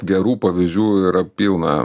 gerų pavyzdžių yra pilna